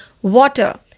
water